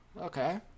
Okay